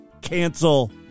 cancel